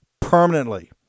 permanently